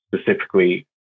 specifically